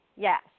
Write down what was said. Yes